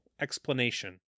explanation